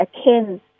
akin